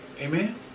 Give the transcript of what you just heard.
Amen